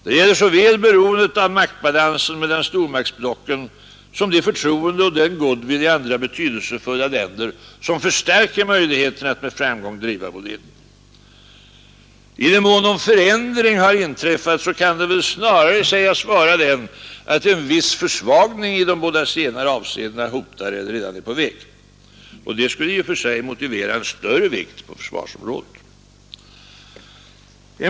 Det gäller såväl beroendet av maktbalansen mellan stormaktsblocken som det förtroende och den goodwill i andra betydelsefulla länder som förstärker möjligheterna att med framgång driva vår linje. I den mån någon förändring har inträffat kan det väl snarare sägas vara den att en viss försvagning i de båda senare avseendena hotar eller redan är på väg. Det skulle i och för sig motivera en större vikt på försvarsområdet.